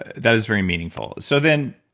that is very meaningful. so then,